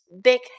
big